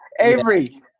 Avery